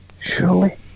surely